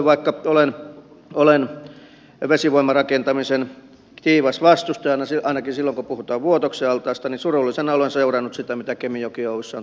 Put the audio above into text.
vaikka olen vesivoimarakentamisen kiivas vastustaja ainakin silloin kun puhutaan vuotoksen altaasta surullisena olen seurannut sitä mitä kemijoki oyssä on tapahtunut